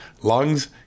lungs